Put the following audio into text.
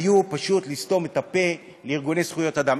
היו פשוט לסתום את הפה לארגוני זכויות אדם.